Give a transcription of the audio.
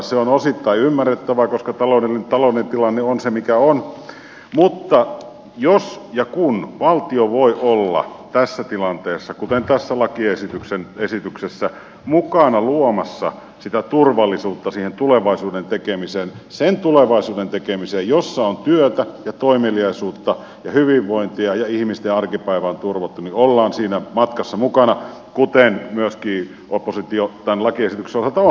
se on osittain ymmärrettävää koska taloudellinen tilanne on se mikä on mutta jos ja kun valtio voi olla tässä tilanteessa kuten tässä lakiesityksessä mukana luomassa sitä turvallisuutta siihen tulevaisuuden tekemiseen sen tulevaisuuden tekemiseen jossa on työtä ja toimeliaisuutta ja hyvinvointia ja ihmisten arkipäivä on turvattu niin olemme siinä matkassa mukana kuten myöskin oppositio tämän lakiesityksen osalta on